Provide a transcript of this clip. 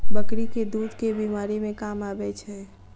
बकरी केँ दुध केँ बीमारी मे काम आबै छै?